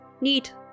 Neat